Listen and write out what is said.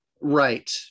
right